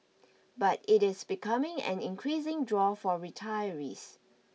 but it is becoming an increasing draw for retirees